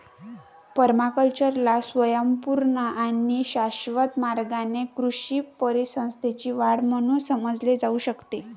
पर्माकल्चरला स्वयंपूर्ण आणि शाश्वत मार्गाने कृषी परिसंस्थेची वाढ म्हणून समजले जाऊ शकते